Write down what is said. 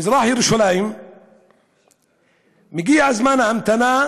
במזרח-ירושלים מגיע זמן ההמתנה